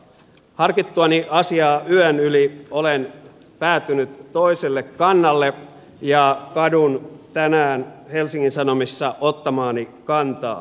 harkittuani asiaa yön yli olen päätynyt toisella kannalle ja kadun tänään helsingin sanomissa ottamaani kantaa